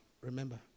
remember